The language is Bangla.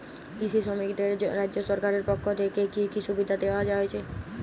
কৃষি শ্রমিকদের রাজ্য সরকারের পক্ষ থেকে কি কি সুবিধা দেওয়া হয়েছে?